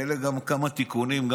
אלה כמה תיקונים.